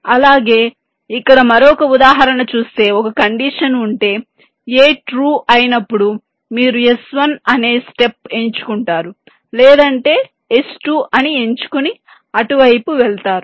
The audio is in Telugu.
అలాగే ఇక్కడ మరొక ఉదాహరణ చూస్తే ఒక కండిషన్ ఉంటే a ట్రూ అయినప్పుడు మీరు s1 అనే స్టెప్ ఎంచుకుంటారు లేదంటే s2 ని ఎంచుకుని అటువైపు వెళ్తారు